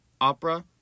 opera